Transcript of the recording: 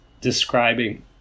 describing